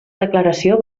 declaració